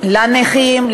לנכים,